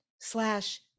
slash